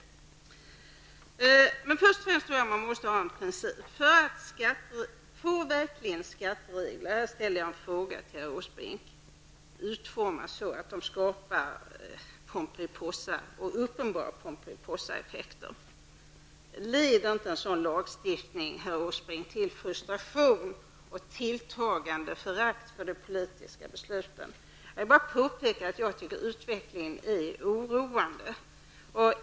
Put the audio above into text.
Jag vill först få ett principiellt uttalande beträffande skattereglerna. Jag vill fråga herr Åsbrink: Leder inte en lagstiftning utformad så att den skapar uppenbara Pomperipossa-effekter till frustration och tilltagande förakt för politiska beslut? Jag vill bara påpeka att jag tycker att utvecklingen är oroande.